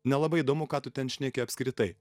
nelabai įdomu ką tu ten šneki apskritai